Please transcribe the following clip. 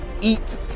eat